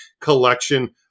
collection